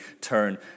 turn